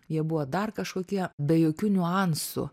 jie buvo dar kažkokie be jokių niuansų